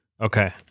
Okay